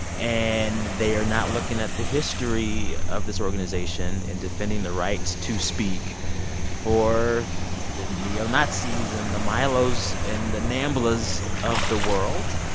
and they are not looking at the history of this organization and defending the rights to speak for the neo-nazis and the milos and the namblas of the world.